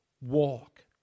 walk